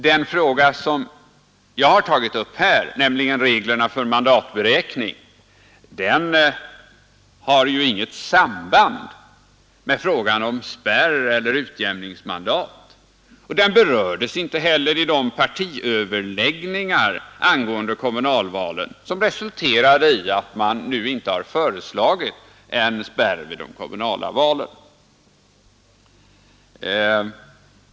Den fråga som jag har tagit upp här, nämligen reglerna för mandatberäkning, har ju inget samband med frågan om spärr eller utjämningsmandat, och den berördes inte heller vid de partiöverläggningar angående kommunalvalen som resulterade i att man nu inte har föreslagit en spärr vid de kommunala valen.